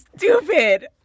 stupid